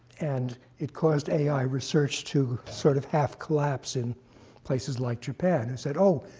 and it caused ai research to sort of half collapse in places, like japan. he said, oh,